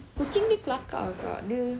kucing ni kelakar ah kak dia